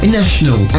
national